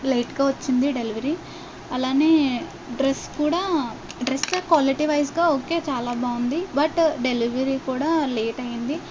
లేట్గా వచ్చింది డెలివరీ అలానే డ్రెస్ కూడా డ్రెస్ క్వాలిటీ వైస్గా ఒకే చాలా బాగుంది బట్ డెలివరీ కూడా లేట్ అయింది